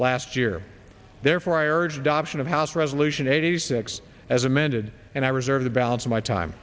last year therefore i urged option of house resolution eighty six as amended and i reserve the balance of my time